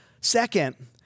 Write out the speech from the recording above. Second